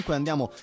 andiamo